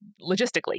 logistically